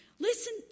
Listen